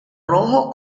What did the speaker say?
rojo